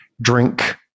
drink